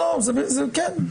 כן,